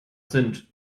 sind